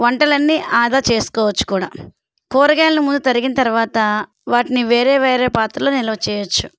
వంటలన్నీ ఆదా చేసుకోవచ్చు కూడా కూరగాయలను ముందు తరిగిన తర్వాత వాటిని వేరే వేరే పాత్రలో నిల్వ చేయొచ్చు